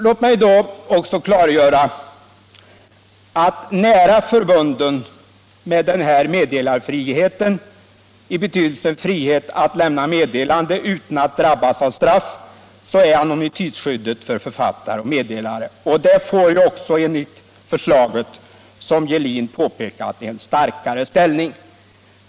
Låt mig också klargöra att nära förbunden med den här meddelarfriheten — i betydelsen frihet att lämna meddelande utan att drabbas av straff — är anonymitetsskyddet för författare och meddelare. Det skyddet får ju enligt förslaget också, såsom herr Molin påpekade, en starkare ställnirnig.